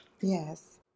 Yes